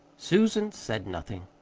susan said nothing.